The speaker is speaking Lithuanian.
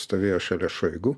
stovėjo šalia šoigu